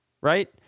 right